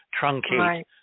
truncate